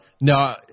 No